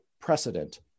precedent